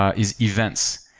ah is events.